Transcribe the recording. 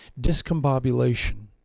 discombobulation